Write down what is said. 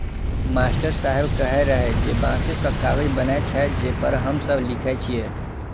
master साहेब कहै रहै जे बांसे सं कागज बनै छै, जे पर हम सब लिखै छियै